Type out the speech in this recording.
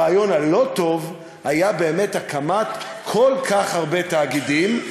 הרעיון הלא-טוב היה באמת הקמת כל כך הרבה תאגידים,